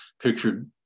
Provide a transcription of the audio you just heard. pictured